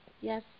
yes